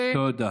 תודה.